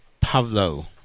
Pavlo